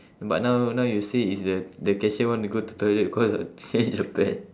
but now now you say it's the the cashier want to go to toilet because change the pad